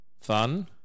fun